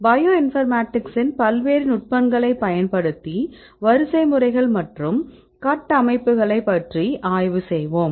பயோஇன்ஃபர்மேட்டிக்ஸின் பல்வேறு நுட்பங்களைப் பயன்படுத்தி வரிசைமுறைகள் மற்றும் கட்டமைப்புகளைப் பற்றி ஆய்வு செய்வோம்